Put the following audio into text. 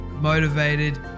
motivated